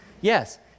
Yes